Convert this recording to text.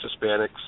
Hispanics